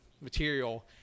material